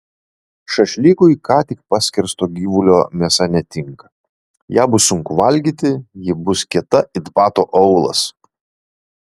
šašlykui ką tik paskersto gyvulio mėsa netinka ją bus sunku valgyti ji bus kieta it bato aulas